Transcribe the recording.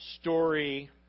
story